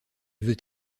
veut